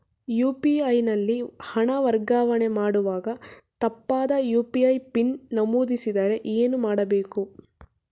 UPI ನಲ್ಲಿ ಹಣ ವರ್ಗಾವಣೆ ಮಾಡುವಾಗ ತಪ್ಪಾದ ಯು.ಪಿ.ಐ ಪಿನ್ ನಮೂದಿಸಿದರೆ ಏನು ಮಾಡಬೇಕು?